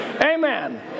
Amen